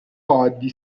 عادی